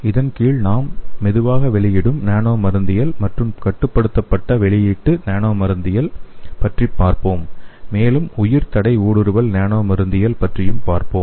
இதன் கீழ் நாம் மெதுவாக வெளியிடும் நானோ மருந்தியல் மற்றும் கட்டுப்படுத்தப்பட்ட வெளியீட்டு நானோ மருந்தியல் பற்றி பார்ப்போம் மேலும் உயிர் தடை ஊடுருவல் நானோ மருந்தியல் பற்றியும் பார்ப்போம்